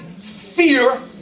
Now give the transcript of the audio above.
fear